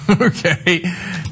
Okay